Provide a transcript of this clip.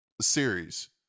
series